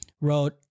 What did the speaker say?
wrote